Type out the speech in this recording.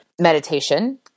meditation